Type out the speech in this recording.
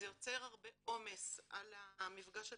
זה יוצר הרבה עומס על המפגש הטיפולי,